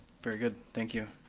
very good, thank you.